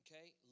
Okay